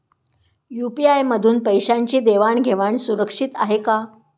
UPI मधून पैशांची देवाण घेवाण सुरक्षित आहे का?